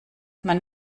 man